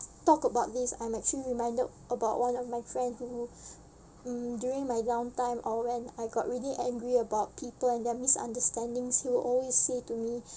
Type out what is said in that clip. talk about this I'm actually reminded about one of my friend who mm during my downtime or when I got really angry about people and their misunderstandings he will always say to me